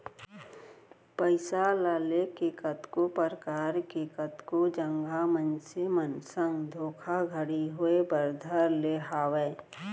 पइसा ल लेके कतको परकार के कतको जघा मनसे मन संग धोखाघड़ी होय बर धर ले हावय